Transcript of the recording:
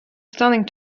stunning